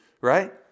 right